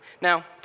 Now